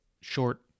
short